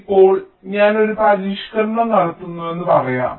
ഇപ്പോൾ ഞാൻ ഒരു പരിഷ്ക്കരണം നടത്തുന്നുവെന്ന് പറയാം